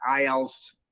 IL's